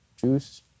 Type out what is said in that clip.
juice